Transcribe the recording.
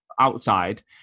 outside